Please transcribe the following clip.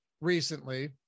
recently